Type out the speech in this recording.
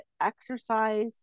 exercise